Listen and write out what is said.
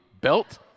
belt